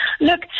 Look